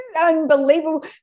unbelievable